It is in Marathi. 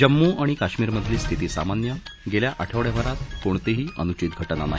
जम्मू आणि काश्मीरमधली स्थिती सामान्य गेल्या आठवड्याभरात कोणतीही अनूचित घटना नाही